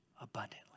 abundantly